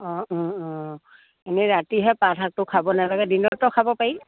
অঁ অঁ অঁ এনেই ৰাতিহে পাতশাকটো খাব নেলাগে দিনতো খাব পাৰিম